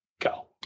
go